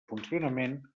funcionament